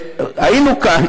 היינו כאן,